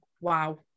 wow